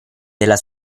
della